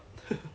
ya